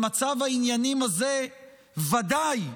במצב העניינים הזה ודאי,